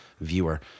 viewer